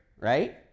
right